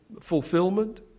fulfillment